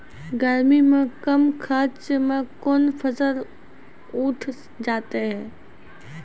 गर्मी मे कम खर्च मे कौन फसल उठ जाते हैं?